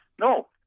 No